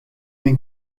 minn